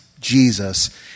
Jesus